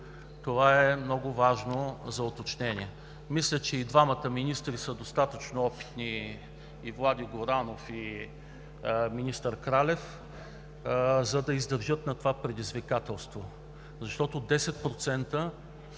Това е много важно уточнение. Мисля, че и двамата министри са достатъчно опитни – и Влади Горанов, и министър Кралев, за да издържат на това предизвикателство. Защото 10%